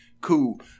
cool